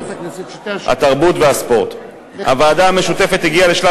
פתוחה, ואתה יודע את זה.